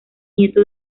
nieto